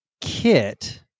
kit